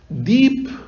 deep